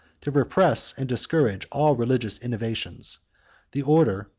to repress and discourage all religious innovations the order,